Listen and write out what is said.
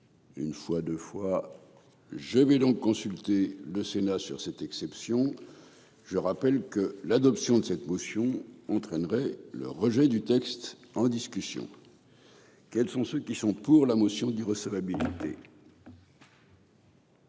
une fois deux fois. Je vais donc consulter le Sénat sur cette exception. Je rappelle que l'adoption de cette motion entraînerait le rejet du texte, en discussion. Quels sont ceux qui sont pour la motion d'irrecevabilité.